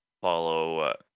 follow